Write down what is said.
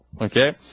Okay